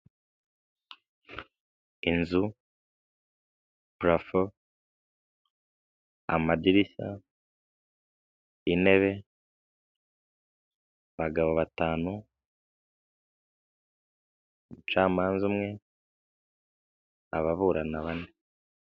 Inzu purafo amadirishya, intebe abagabo batanu, umucamanza umwe ababurana bane.